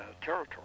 territory